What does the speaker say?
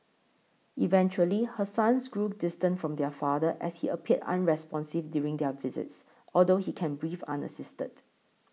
eventually her sons grew distant from their father as he appeared unresponsive during their visits although he can breathe unassisted